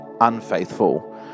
unfaithful